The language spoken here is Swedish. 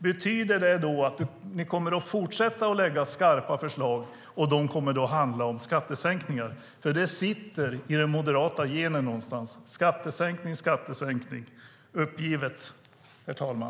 Betyder det att ni kommer att fortsätta att lägga fram skarpa förslag om skattesänkningar? Det sitter i den moderata genen någonstans: skattesänkning, skattesänkning! Uppgivet, herr talman.